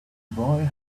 boy